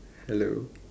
hello